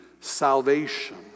salvation